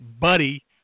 buddy